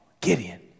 Gideon